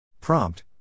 Prompt